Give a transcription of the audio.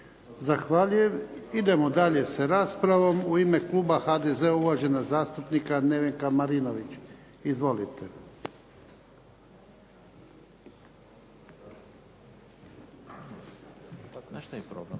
Zahvaljujem. Idemo dalje sa raspravom. U ime kluba HDZ-a uvažena zastupnica Nevenka Marinović. Izvolite. **Marinović,